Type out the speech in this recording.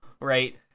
right